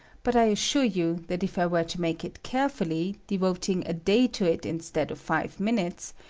but i as sure you that if i were to make it carefully, de voting a day to it instead of five minutes,